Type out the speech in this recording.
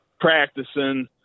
practicing